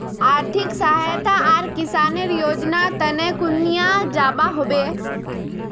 आर्थिक सहायता आर किसानेर योजना तने कुनियाँ जबा होबे?